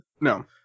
No